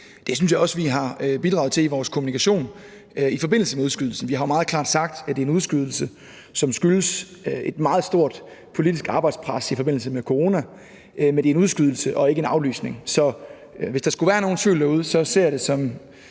Det synes jeg også vi har bidraget til i vores kommunikation i forbindelse med udskydelsen. Vi har meget klart sagt, at det er en udskydelse, som skyldes et meget stort politisk arbejdspres i forbindelse med corona – og at det er en udskydelse og ikke en aflysning. Så hvis der skulle være nogen tvivl derude, ser jeg det som